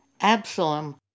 Absalom